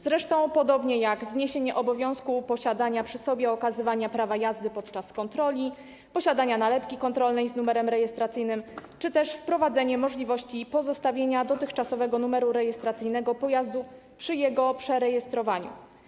Zresztą podobnie jak zniesienie obowiązku posiadania przy sobie i okazywania prawa jazdy podczas kontroli, posiadania nalepki kontrolnej z numerem rejestracyjnym czy też wprowadzenie możliwości pozostawienia dotychczasowego numeru rejestracyjnego pojazdu przy jego przerejestrowaniu.